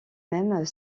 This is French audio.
mêmes